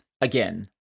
Again